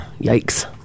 Yikes